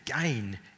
gain